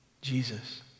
Jesus